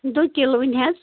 دُکِلوُن حَظ